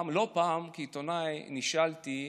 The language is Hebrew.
לא פעם, כעיתונאי, נשאלתי: